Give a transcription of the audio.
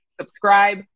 subscribe